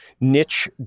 niche